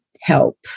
help